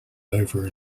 over